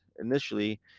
initially